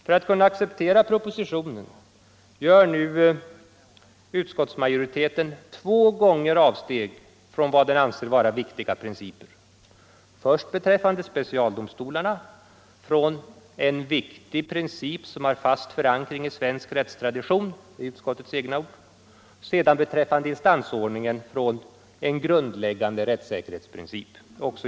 För att kunna acceptera propositionen gör nu utskottsmajoriteten två gånger avsteg från vad den anser vara viktiga principer — först beträffande specialdomstolarna från ”en viktig princip som har fast förankring i svensk rättstradition” sedan beträffande instansordningen från ”en grundläggande rättssäkerhetsprincip”.